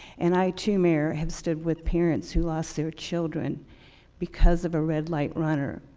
and i too, mayor, have stood with parents who lost their children because of a red-light runner.